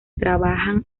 trabajan